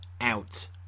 out